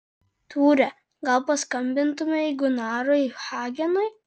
tūre gal paskambintumei gunarui hagenui